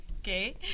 Okay